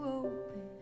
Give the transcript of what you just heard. open